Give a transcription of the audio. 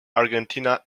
argentina